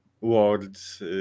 words